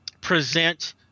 present